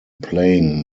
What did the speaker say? playing